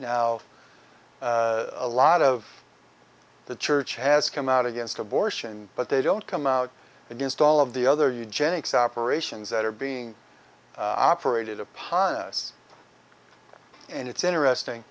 now a lot of the church has come out against abortion but they don't come out against all of the other eugenics operations that are being operated upon us and it's interesting